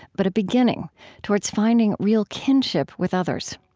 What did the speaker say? but a beginning towards finding real kinship with others.